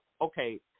okay